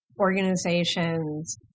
organizations